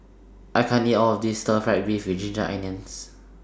I can't eat All of This Stir Fry Beef with Ginger Onions